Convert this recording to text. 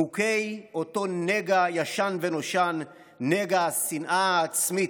מוכי אותו נגע ישן ונושן, נגע השנאה העצמית,